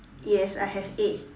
yes I have eight